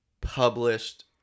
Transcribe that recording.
published